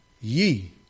ye